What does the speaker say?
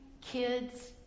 kids